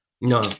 No